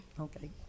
okay